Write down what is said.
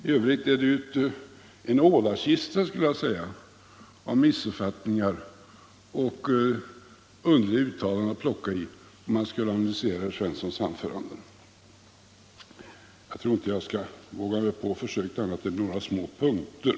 I övrigt är det en ålakista, skulle jag vilja säga, av missuppfattningar och underliga uttalanden att plocka i, om man skall analysera herr Svenssons anförande. Jag tror inte att jag vågar mig på försöket annat än på några punkter.